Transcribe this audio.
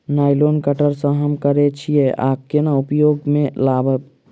Nylon cutter सँ हम की करै छीयै आ केना उपयोग म लाबबै?